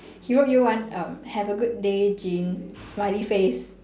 he wrote you one um have a good day jean smiley face